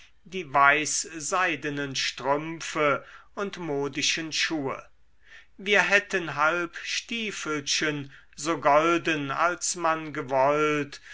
die weißseidenen strümpfe und modischen schuhe wir hätten halbstiefelchen so golden als man gewollt